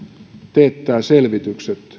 teettää selvitykset